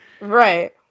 Right